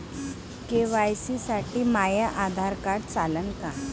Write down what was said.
KYC साठी माह्य Aadhaar card चालन का?